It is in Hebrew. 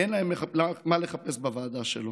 אין להם מה לחפש בוועדה שלו,